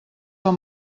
del